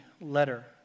letter